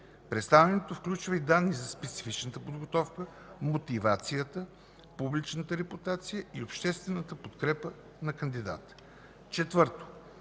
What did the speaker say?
Представянето включва и данни за специфичната подготовка, мотивацията, публичната репутация и обществената подкрепа за кандидата. 4.